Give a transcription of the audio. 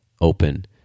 open